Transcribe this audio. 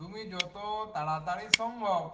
তুমি যতো তাড়াতাড়ি সম্ভব